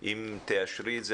מועצות תלמידים,